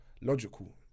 logical